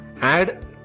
add